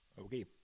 Okay